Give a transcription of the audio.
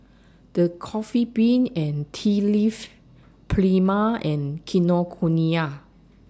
The Coffee Bean and Tea Leaf Prima and Kinokuniya